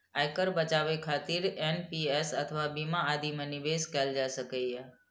आयकर बचाबै खातिर एन.पी.एस अथवा बीमा आदि मे निवेश कैल जा सकैए